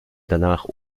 danach